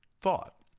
thought